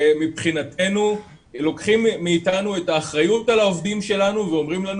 מבחינתנו לוקחים מאתנו את האחריות על העובדים שלנו ואומרים לנו